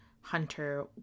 hunter